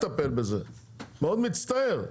אני מאוד מצטער.